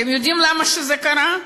אתם יודעים למה זה קרה?